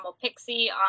pixie